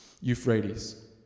Euphrates